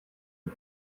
eng